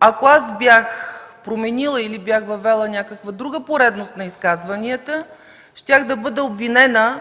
ако аз бях променила или въвела друга поредност на изказванията, щях да бъда обвинена